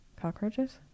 Cockroaches